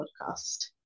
podcast